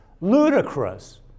Ludicrous